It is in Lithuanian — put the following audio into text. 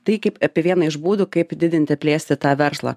tai kaip apie vieną iš būdų kaip didint ir plėsti tą verslą